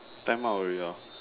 time up already hor